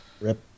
Rip